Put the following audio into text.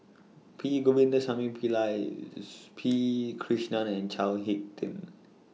P Govindasamy Pillai P Krishnan and Chao Hick Tin